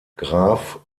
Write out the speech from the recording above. graf